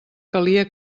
calia